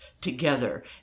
together